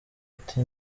ati